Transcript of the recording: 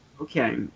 Okay